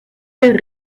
der